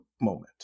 moment